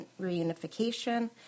reunification